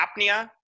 apnea